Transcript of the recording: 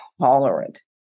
tolerant